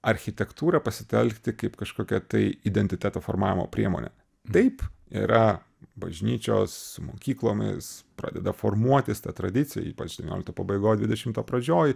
architektūra pasitelkti kaip kažkokią tai identiteto formavimo priemonę taip yra bažnyčios su mokyklomis pradeda formuotis ta tradicija ypač devyniolikto pabaigoj dvidešimto pradžioj